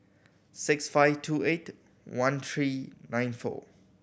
six five two eight one three nine four